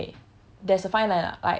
err okay